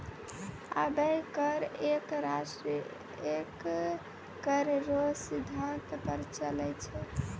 अबै कर एक राष्ट्र एक कर रो सिद्धांत पर चलै छै